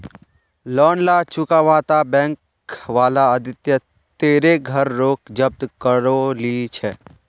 loan ना चुकावाता bank वाला आदित्य तेरे घर रोक जब्त करो ली छे